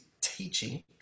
teaching